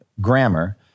grammar